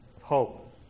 Hope